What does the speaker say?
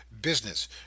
Business